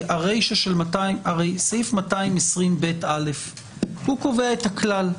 הרי סעיף 220ב(א) קובע את הכלל.